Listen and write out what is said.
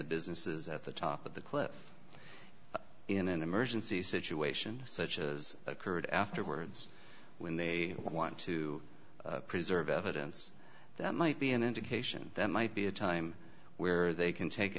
the businesses at the top of the cliff in an emergency situation such as occurred afterwards when they want to preserve evidence that might be an indication that might be a time where they can take